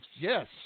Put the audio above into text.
Yes